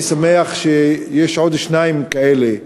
אני שמח שיש עוד שניים כאלה: